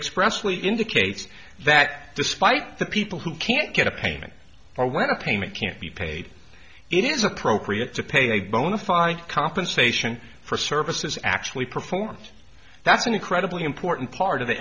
expressly indicates that despite the people who can't get a payment or when a payment can't be paid it is appropriate to pay a bona fide compensation for services actually performed that's an incredibly important part of the